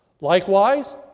Likewise